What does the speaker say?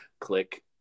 Click